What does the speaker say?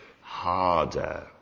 harder